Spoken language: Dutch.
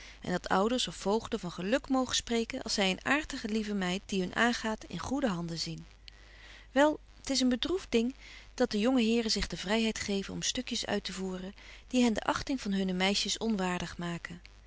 en dat ouders of voogden van geluk mogen spreken als zy een aartige lieve meid die hun aangaat in goede handen zien wel t is een bedroeft ding dat de jonge heren zich de vryheid geven om stukjes uittevoeren die hen de achting van hunne meisjes onwaardig maken